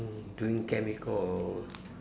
doing chemical